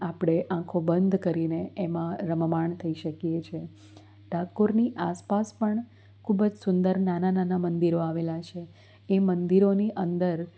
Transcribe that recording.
આપણે આંખો બંધ કરીને એમાં રમમાણ થઈ શકીએ છીએ ડાકોરની આસપાસ પણ ખૂબ જ સુંદર નાના નાના મંદિરો આવેલા છે એ મંદિરોની અંદર